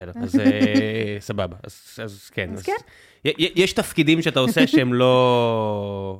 אז סבבה, אז כן, יש תפקידים שאתה עושה שהם לא...